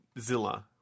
Zilla